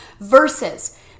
versus